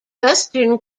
western